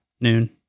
Noon